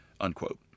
unquote